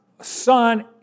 son